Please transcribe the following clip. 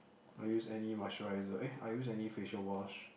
I use any moisturiser eh I use any facial wash